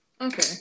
okay